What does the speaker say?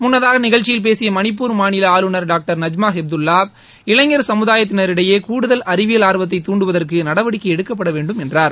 முன்னதாகநிகழ்ச்சியில் பேசியமணிப்பூர் மாநிலஆளுநர் doctor நஜ்மாஹெப்துல்லா இளைஞர் சமுதாயத்தினரிடையேகூடுதல் அறிவியல் ஆர்வத்தை துண்டுவதற்குநடவடிக்கைஎடுக்கப்படவேண்டும் என்றார்